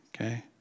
Okay